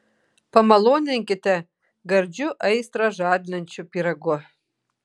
pamaloninkite gardžiu aistrą žadinančiu pyragu